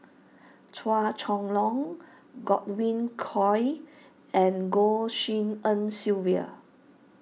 Chua Chong Long Godwin Koay and Goh Tshin En Sylvia